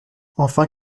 enfin